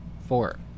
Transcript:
Four